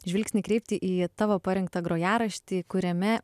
žvilgsnį kreipti į tavo parengtą grojaraštį kuriame